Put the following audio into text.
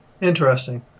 Interesting